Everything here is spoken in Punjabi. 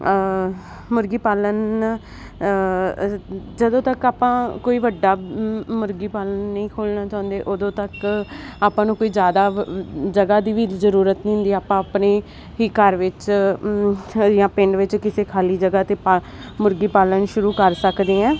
ਮੁਰਗੀ ਪਾਲਨ ਜਦੋਂ ਤੱਕ ਆਪਾਂ ਕੋਈ ਵੱਡਾ ਮੁਰਗੀ ਪਾਲਨ ਨਹੀਂ ਖੋਲਣਾ ਚਾਹੁੰਦੇ ਉਦੋਂ ਤੱਕ ਆਪਾਂ ਨੂੰ ਕੋਈ ਜਿਆਦਾ ਜਗ੍ਹਾ ਦੀ ਵੀ ਜਰੂਰਤ ਨਹੀਂ ਹੁੰਦੀ ਆਪਾਂ ਆਪਣੇ ਹੀ ਘਰ ਵਿੱਚ ਜਾਂ ਪਿੰਡ ਵਿੱਚ ਕਿਸੇ ਖਾਲੀ ਜਗ੍ਹਾ ਤੇ ਮੁਰਗੀ ਪਾਲਣ ਸ਼ੁਰੂ ਕਰ ਸਕਦੇ ਆ